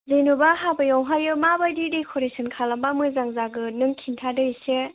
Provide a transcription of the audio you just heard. जेनेबा हाबायावहाय माबायदि देक'रेसोन खालामोबा मोजां जागोन नों खिन्थादो एसे